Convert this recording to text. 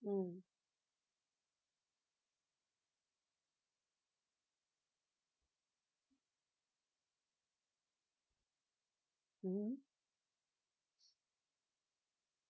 mm mmhmm